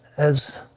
as